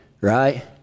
right